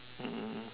mm